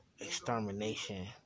extermination